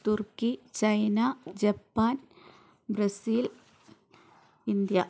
turkey China Japan Brazil India